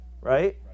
Right